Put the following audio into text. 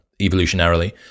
evolutionarily